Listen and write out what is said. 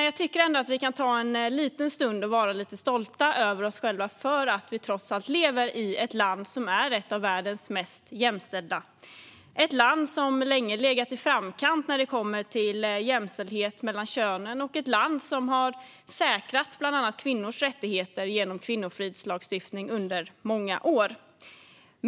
Jag tycker att vi ändå kan ta en liten stund och vara lite stolta över oss själva för att vi trots allt lever i ett land som är ett av världens mest jämställda. Det är ett land som länge legat i framkant när det kommer till jämställdhet mellan könen. Det är ett land som har säkrat bland annat kvinnors rättigheter genom kvinnofridslagstiftning under många år.